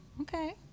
okay